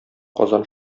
казан